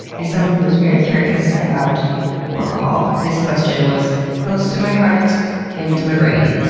as someone who is very curious about workahol, this question was close to my heart and to my brain.